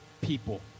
people